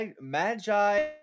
Magi